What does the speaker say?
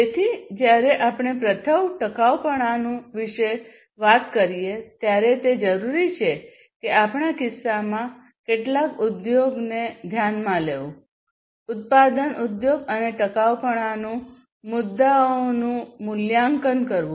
તેથી જ્યારે આપણે પ્રથમ ટકાઉપણું વિશે વાત કરીએ ત્યારે તે જરૂરી છે કે આપણા કિસ્સામાં કેટલાક ઉદ્યોગને ધ્યાનમાં લેવું ઉત્પાદન ઉદ્યોગ અને ટકાઉપણુંના મુદ્દાઓનું મૂલ્યાંકન કરવું